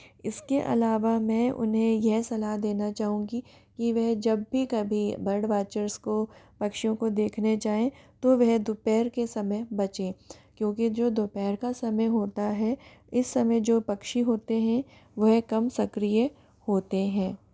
इसके अलावा मैं उन्हें यह सलाह देना चाहूँगी कि वह जब भी कभी बर्ड वाचर्स को पक्षियों को देखने जाएँ तो वह दोपहर के समय बचें क्योंकि जो दोपहर का समय होता है इस समय जो पक्षी होते हैं वह कम सक्रिय होते हैं